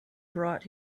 brought